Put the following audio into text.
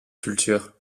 culture